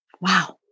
Wow